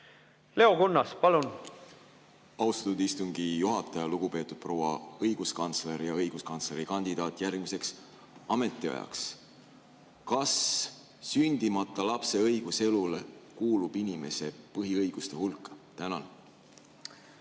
Leo Kunnas, palun! Austatud istungi juhataja! Lugupeetud proua õiguskantsler ja õiguskantslerikandidaat järgmiseks ametiajaks! Kas sündimata lapse õigus elule kuulub inimese põhiõiguste hulka?